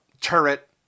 turret